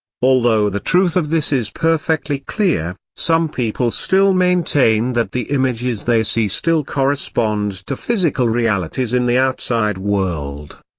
although the truth of this is perfectly clear, some people still maintain that the images they see still correspond to physical realities in the outside world.